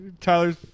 Tyler's